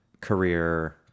career